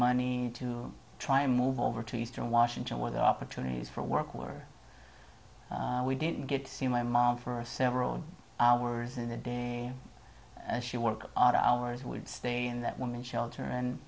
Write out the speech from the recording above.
money to try and move over to eastern washington where the opportunities for work were we didn't get to see my mom for several hours in the day she work odd hours would stay in that women shelter and